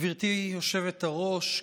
גברתי היושבת-ראש,